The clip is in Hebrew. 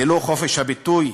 ללא חופש הביטוי?